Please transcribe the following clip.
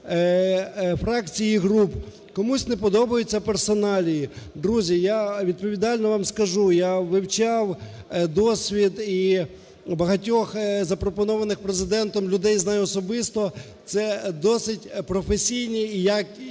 фракцій і груп. Комусь не подобаються персоналії. Друзі, я відповідально вам скажу, я вивчав досвід, і багатьох запропонованих Президентом людей знаю особисто, це досить професійні і якісні